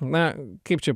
na kaip čia